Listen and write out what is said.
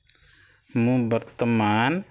ମୁଁ ବର୍ତ୍ତମାନ